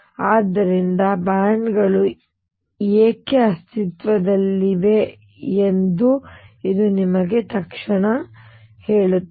ಆದ್ದರಿಂದ ಬ್ಯಾಂಡ್ಗಳು ಏಕೆ ಅಸ್ತಿತ್ವದಲ್ಲಿವೆ ಎಂದು ಇದು ನಿಮಗೆ ತಕ್ಷಣ ಹೇಳುತ್ತದೆ